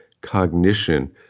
cognition